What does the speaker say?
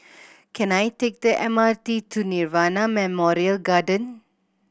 can I take the M R T to Nirvana Memorial Garden